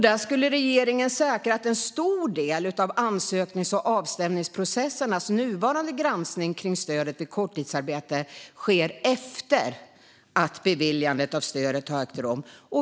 Där skulle regeringen säkra att en stor del av ansöknings och avstämningsprocessens nuvarande granskning kring stödet vid korttidsarbete skulle ske efter att beviljandet av stödet hade ägt rum.